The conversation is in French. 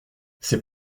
ces